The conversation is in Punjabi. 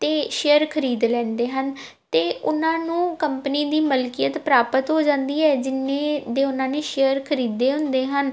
ਅਤੇ ਸ਼ੇਅਰ ਖਰੀਦ ਲੈਂਦੇ ਹਨ ਅਤੇ ਉਨ੍ਹਾਂ ਨੂੰ ਕੰਪਨੀ ਦੀ ਮਲਕੀਅਤ ਪ੍ਰਾਪਤ ਹੋ ਜਾਂਦੀ ਹੈ ਜਿੰਨੇ ਦੇ ਉਹਨਾਂ ਨੇ ਸ਼ੇਅਰ ਖਰੀਦੇ ਹੁੰਦੇ ਹਨ